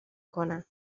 کنم